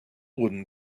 wooden